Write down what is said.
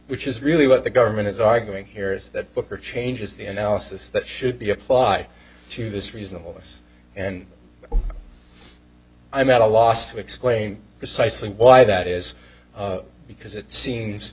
which is really what the government is arguing here is that booker changes the analysis that should be applied to this reasonable this and i'm at a loss to explain precisely why that is because it seems